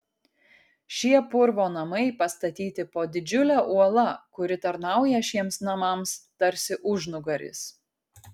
šie purvo namai pastatyti po didžiule uola kuri tarnauja šiems namams tarsi užnugaris